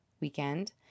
weekend